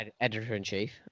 editor-in-chief